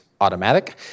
automatic